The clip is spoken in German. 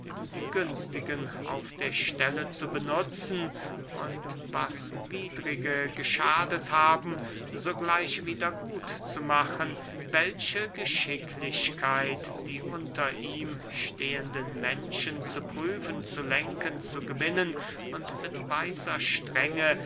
die günstigen auf der stelle zu benutzen und was widrige geschadet haben sogleich wieder gut zu machen welche geschicklichkeit die unter ihm stehenden menschen zu prüfen zu lenken zu gewinnen und mit weiser strenge